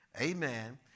Amen